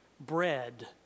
bread